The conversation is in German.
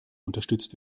unterstützt